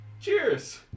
cheers